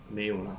没有 lah